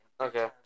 Okay